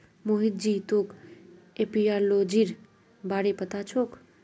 मोहित जी तोक एपियोलॉजीर बारे पता छोक